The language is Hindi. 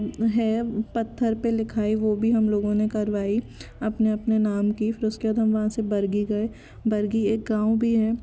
है पत्थर पे लिखाई वो भी हम लोगों ने करवाई अपने अपने नाम की फिर उसके बाद हम वहाँ से बरगी गए बरगी एक गाँव भी है